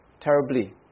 terribly